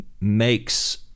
makes